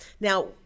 Now